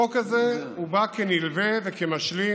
החוק הזה הובא כנלווה ומשלים